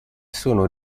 sono